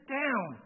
down